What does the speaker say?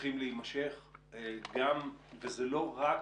צריכים להימשך גם, וזה לא רק,